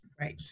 Right